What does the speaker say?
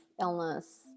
illness